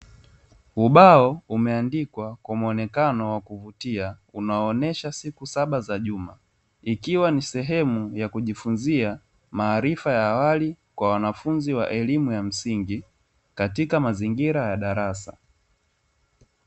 Ubao umeandikwa kwa muonekano wa kuvutia unaoonesha siku saba za juma, ikiwa ni sehemu ya kujifunzia maarifa ya awali kwa wanafunzi wa elimu ya msingi, kafika mazingira ya darasa.